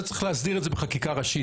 בגלל זה צריך להסדיר את זה בחקיקה ראשית.